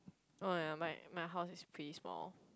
oh ya my my house is pretty small